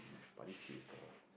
but this is a